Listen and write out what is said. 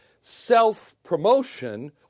self-promotion